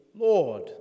Lord